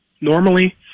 normally